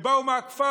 הם באו מהכפר,